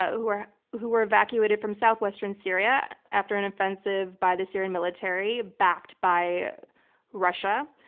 who were who were evacuated from southwestern syria, after an offensive by the syrian military, backed by russia.